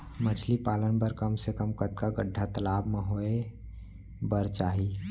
मछली पालन बर कम से कम कतका गड्डा तालाब म होये बर चाही?